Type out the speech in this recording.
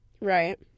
right